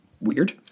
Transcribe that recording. weird